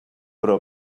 però